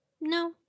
No